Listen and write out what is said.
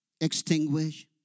extinguish